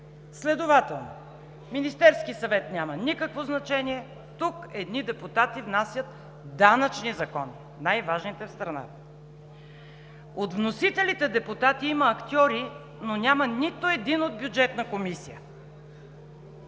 Следователно Министерският съвет няма никакво значение, а тук едни депутати внасят данъчни закони – най-важните в страната. От вносителите депутати има актьори, но няма нито един от Бюджетната комисия.